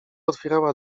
otwierała